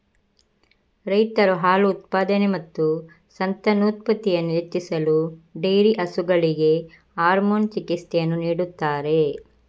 ರೈತರು ಹಾಲು ಉತ್ಪಾದನೆ ಮತ್ತು ಸಂತಾನೋತ್ಪತ್ತಿಯನ್ನು ಹೆಚ್ಚಿಸಲು ಡೈರಿ ಹಸುಗಳಿಗೆ ಹಾರ್ಮೋನ್ ಚಿಕಿತ್ಸೆಯನ್ನು ನೀಡುತ್ತಾರೆ